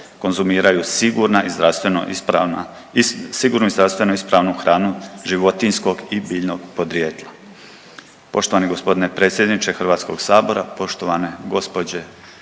ispravna, sigurnu i zdravstveno ispravu hranu životinjskog i biljnog podrijetla.